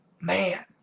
man